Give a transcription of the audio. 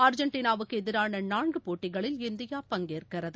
அர்ஜென்டினாவுக்குஎதிரானநான்குபோட்டிகளில் India பங்கேற்கிறது